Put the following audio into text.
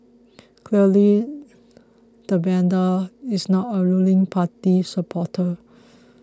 clearly the vandal is not a ruling party supporter